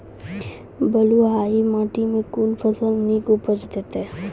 बलूआही माटि मे कून फसल नीक उपज देतै?